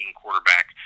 quarterback